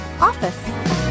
OFFICE